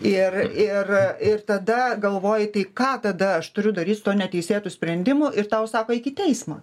ir ir ir tada galvoji tai ką tada aš turiu daryt su tuo neteisėtu sprendimu ir tau sako eik į teismą